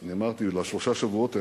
אני אמרתי, לשלושת השבועות האלה.